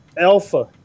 Alpha